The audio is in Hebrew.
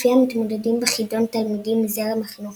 לפיה מתמודדים בחידון תלמידים מזרם החינוך